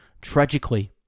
Tragically